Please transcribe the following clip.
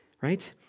right